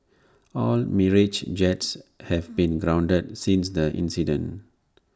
all Mirage jets have been grounded since the incident